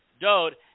Dode